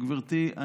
גברתי,